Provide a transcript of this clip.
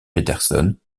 peterson